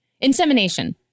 insemination